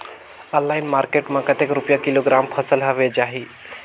Online market मां कतेक रुपिया किलोग्राम फसल हवे जाही?